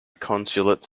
consulates